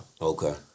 Okay